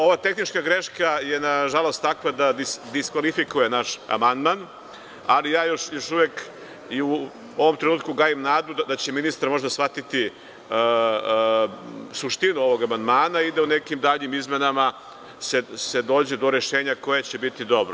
Ova tehnička greška je nažalost takva da diskvalifikuje naš amandman, ali ja još uvek i u ovom trenutku gajim nadu da će ministar možda shvatiti suštinu amandmana i da u nekim daljim izmenama se dođe do rešenja koje će biti dobro.